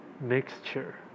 mixture